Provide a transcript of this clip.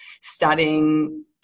studying